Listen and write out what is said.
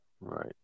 Right